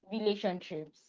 relationships